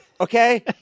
Okay